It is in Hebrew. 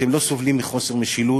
אתם לא סובלים מחוסר משילות,